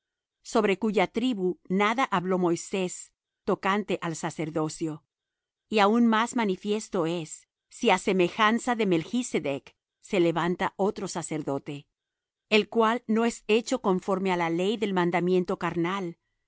sobre cuya tribu nada habló moisés tocante al sacerdocio y aun más manifiesto es si á semejanza de melchsedec se levanta otro sacerdote el cual no es hecho conforme á la ley del mandamiento carnal